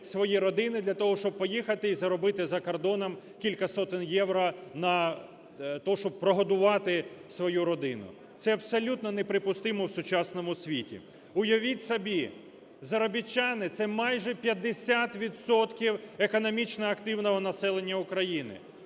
свої родини для того, щоб поїхати і заробити за кордоном кілька сотень євро на те, щоб прогодувати свою родину. Це абсолютно неприпустимо в сучасному світі! Уявіть собі, заробітчани – це майже 50 відсотків економічно активного населення України.